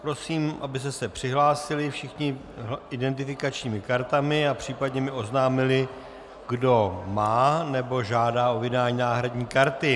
Prosím, abyste se přihlásili všichni identifikačními kartami a případně mi oznámili, kdo má nebo žádá o vydání náhradní karty.